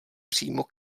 přímo